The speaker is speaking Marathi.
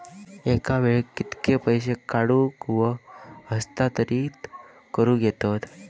एका वेळाक कित्के पैसे काढूक व हस्तांतरित करूक येतत?